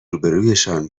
روبهرویشان